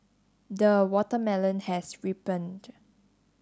the watermelon has ripened